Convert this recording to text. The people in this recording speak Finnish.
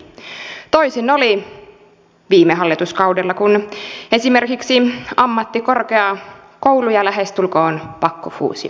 toisin oli viime hallituskaudella kun esimerkiksi ammattikorkeakouluja lähestulkoon pakkofuusioitiin